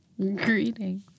Greetings